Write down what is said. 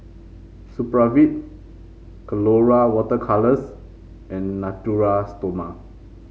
Supravit Colora Water Colours and Natura Stoma